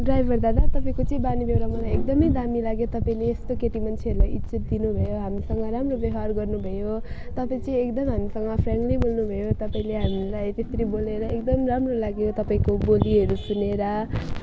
driver दादा तपाईँको चाहिँ बानी व्यहोरा मलाई एकदमै दामी लाग्यो तपाईँले यस्तो केटी मान्छेलाई इज्जत दिनुभयो हामीसँग राम्रो व्यवहार गर्नुभयो तपाईँ चाहिँ एकदमै हामीसँग फ्रेन्डली बोल्नुभयो तपाईँले हामीलाई त्यसरी बोलेर एकदम राम्रो लाग्यो तपाईँको बोलीहरू सुनेर